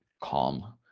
calm